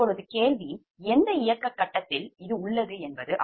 இப்போது கேள்வி எந்த இயக்க கட்டத்தில் இது உள்ளது என்பது